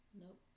nope